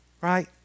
Right